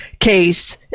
case